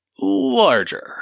larger